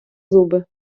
зуби